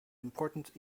important